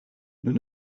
nous